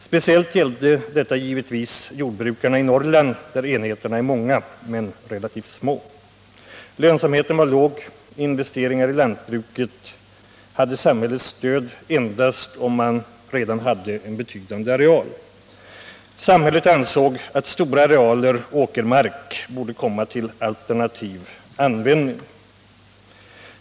Speciellt gällde detta givetvis jordbrukarna i Norrland, där enheterna är många men relativt små. Lönsamheten var låg. Investeringar i lantbruket fick samhällets stöd endast om man redan hade en betydande areal. Samhället ansåg att stora arealer åkermark borde komma till alternativ användning.